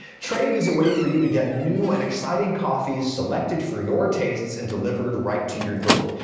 trade is a way for you to get new and exciting coffees selected for your tastes and delivered right to your door.